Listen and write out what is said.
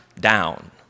down